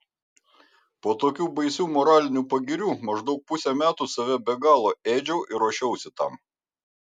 po tokių baisių moralinių pagirių maždaug pusę metų save be galo ėdžiau ir ruošiausi tam